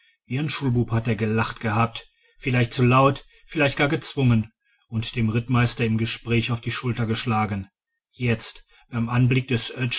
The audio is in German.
wie ein schulbub hat er gelacht gehabt vielleicht zu laut vielleicht gar gezwungen und dem rittmeister im gespräch auf die schulter geschlagen jetzt beim anblick des